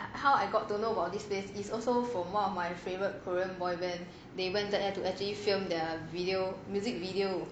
how I got to know about this place is also from one of my favourite korean boy band they went there to actually filmed the video music video